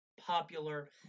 popular